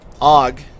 Og